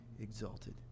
exalted